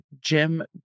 Jim